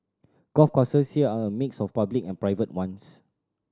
golf courses here are a mix of public and private ones